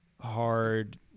hard